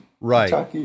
right